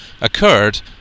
occurred